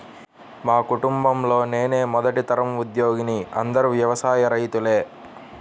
మా కుటుంబంలో నేనే మొదటి తరం ఉద్యోగిని అందరూ వ్యవసాయ రైతులే